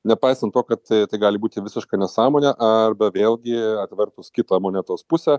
nepaisant to kad tai tai gali būti visiška nesąmonė arba vėlgi atvertus kitą monetos pusę